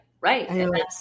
Right